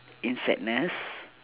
in sadness